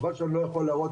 חבל שאני לא יכול להראות,